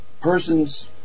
persons